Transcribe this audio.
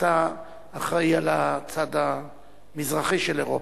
אחראי לצד המזרחי של אירופה.